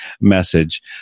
message